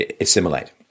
assimilate